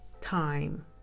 time